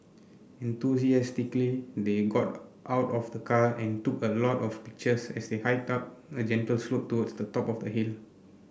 enthusiastically they got out of the car and took a lot of pictures as they hiked up a gentle slope towards the top of the hill